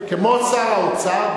כמו שר האוצר,